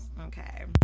Okay